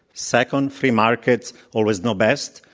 second, free markets always know best,